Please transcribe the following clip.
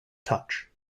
touch